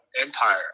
empire